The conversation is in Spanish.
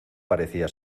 parecía